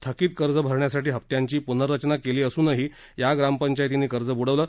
थकित कर्ज भरण्यासाठी हप्त्यांची पुनर्रचना केली असूनही या ग्रामपंचायतींनी कर्ज बूडवलं